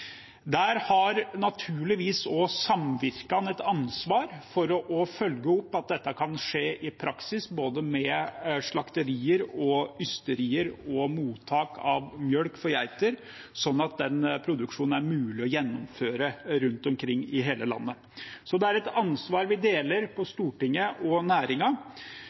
Der har naturligvis også samvirkene et ansvar for å følge opp at dette kan skje i praksis, med både slakterier, ysterier og mottak av melk for geiter, sånn at den produksjonen er mulig å gjennomføre rundt omkring i hele landet. Så det er et ansvar vi på Stortinget og